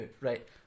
right